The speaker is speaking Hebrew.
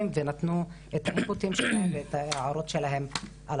ונתנו את האינפוטים שלהם ואת ההערות שלהם על